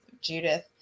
Judith